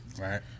right